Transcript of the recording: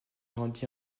grandit